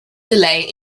delay